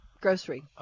Grocery